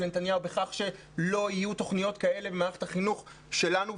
לנתניהו בכך שלא יהיו תוכניות כאלה במערכת החינוך שלנו,